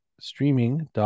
streaming